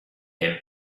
him